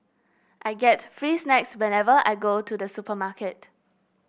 I get free snacks whenever I go to the supermarket